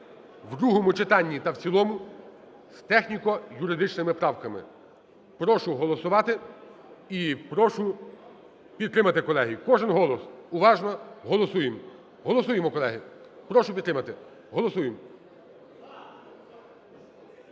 в другому читанні та в цілому з техніко-юридичними правками. Прошу голосувати і прошу підтримати, колеги. Кожен голос, уважно голосуємо. Голосуємо, колеги. Прошу підтримати, голосуємо.